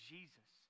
Jesus